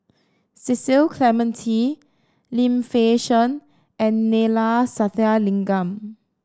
Cecil Clementi Lim Fei Shen and Neila Sathyalingam